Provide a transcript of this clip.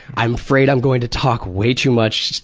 i'm afraid i'm going to talk way too much,